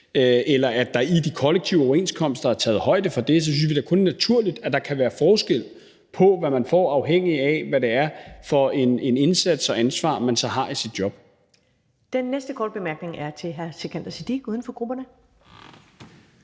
der i de kollektive overenskomster er taget højde for det, så synes vi da kun, det er naturligt, at der kan være forskel på, hvad man får, afhængigt af hvad det er for en indsats og et ansvar, man så har i sit job. Kl. 10:51 Første næstformand (Karen Ellemann):